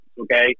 okay